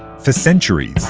for centuries,